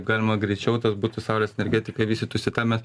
galima greičiau tas būtų saulės energetika vystytųsi tame